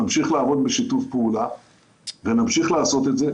נמשיך לעבוד בשיתוף פעולה ונמשיך לעשות את זה,